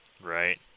Right